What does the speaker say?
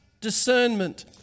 discernment